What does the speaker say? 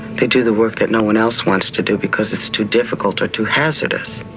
they do the work that no one else wants to do, because it's too difficult or too hazardous.